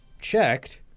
checked